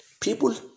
people